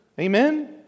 amen